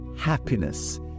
happiness